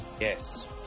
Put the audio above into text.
Yes